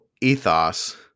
ethos